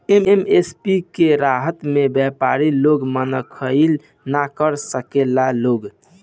MSP के रहता में व्यपारी लोग मनसोखइ ना कर सकेला लोग